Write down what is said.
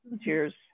cheers